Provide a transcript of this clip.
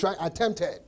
attempted